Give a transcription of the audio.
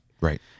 Right